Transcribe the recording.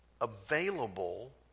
available